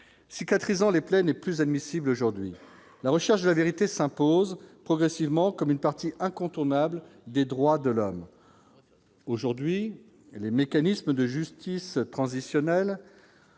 cicatrisant les plaies n'est plus admissible aujourd'hui la recherche de la vérité s'impose progressivement comme une partie incontournable des droits de l'homme aujourd'hui les mécanismes de justice transitionnelle